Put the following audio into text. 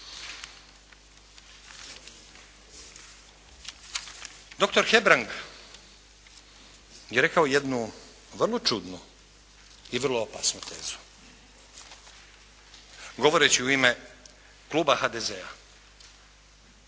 Doktor Hebrang je rekao jednu vrlo čudnu i vrlo opasnu tezu govoreći u ime kluba HDZ-a.